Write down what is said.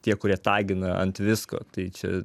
tie kurie tagina ant visko tai čia